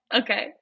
Okay